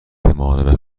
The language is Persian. ماهانه